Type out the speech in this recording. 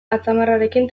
atzamarrarekin